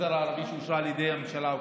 למגזר הערבי, שאושרה על ידי הממשלה הקודמת,